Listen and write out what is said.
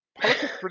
Politics